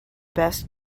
best